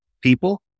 people